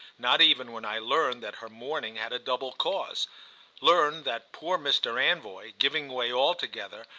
not even when i learned that her mourning had a double cause learned that poor mr. anvoy, giving way altogether,